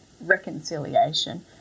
reconciliation